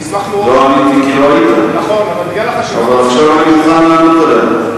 כי לא היית, אבל עכשיו אני מוכן לענות עליה.